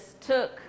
took